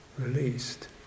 released